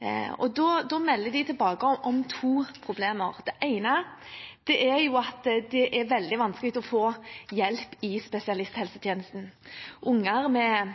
melder tilbake om to problemer. Det ene er at det er veldig vanskelig å få hjelp i spesialisthelsetjenesten. Unger med